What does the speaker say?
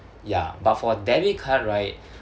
ya but for debit card right